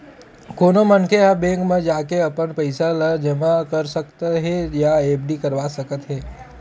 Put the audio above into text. कोनो मनखे ह बेंक म जाके अपन पइसा ल जमा कर सकत हे या एफडी करवा सकत हे